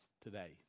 today